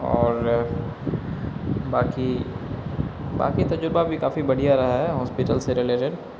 اور باقی باقی تجربہ بھی کافی بڑھیا رہا ہے ہاسپیٹل سے رلیٹڈ